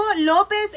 López